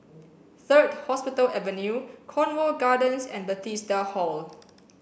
third Hospital Avenue Cornwall Gardens and Bethesda Hall